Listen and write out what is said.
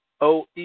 OE